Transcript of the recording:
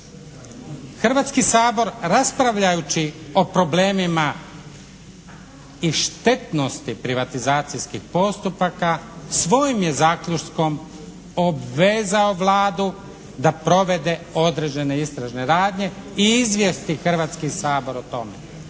Hrvatski sabor raspravljajući o problemima i štetnosti privatizacijskih postupaka svojim je zaključkom obvezao radnju da provede određene istražne radnje i izvijesti Hrvatski sabor o tome.